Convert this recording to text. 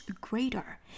greater